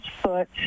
foot